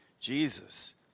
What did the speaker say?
Jesus